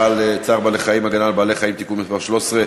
צער בעלי-חיים (הגנה על בעלי-חיים) (תיקון מס' 13),